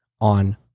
on